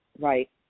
Right